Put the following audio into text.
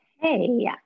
Hey